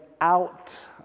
out